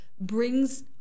brings